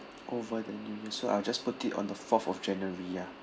over the new year so I'll just put it on the fourth of january ya